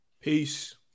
Peace